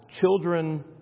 children